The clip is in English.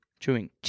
Chewing